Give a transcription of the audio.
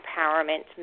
empowerment